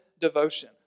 devotion